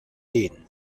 dean